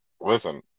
listen